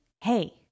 hey